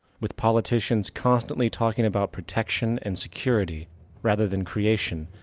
with politicians constantly talking about protection and security rather than creation,